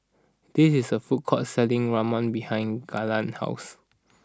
this is a food court selling Ramen behind Garland's house